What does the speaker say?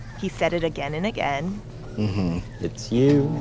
he said it again and again it's you